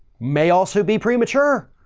may also be premature.